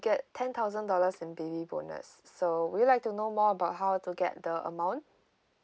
get ten thousand dollars in baby bonus so would you like to know more about how to get the amount